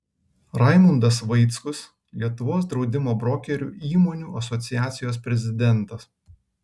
raimundas vaickus lietuvos draudimo brokerių įmonių asociacijos prezidentas